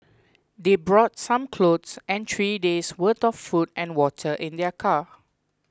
they brought some clothes and three days worth of food and water in their car